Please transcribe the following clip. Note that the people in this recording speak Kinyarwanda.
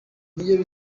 niyo